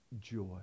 joy